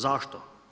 Zašto?